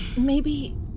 Maybe-